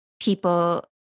people